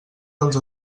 dels